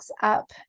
up